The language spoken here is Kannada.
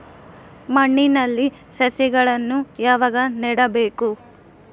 ಮಣ್ಣಿನಲ್ಲಿ ಸಸಿಗಳನ್ನು ಯಾವಾಗ ನೆಡಬೇಕು?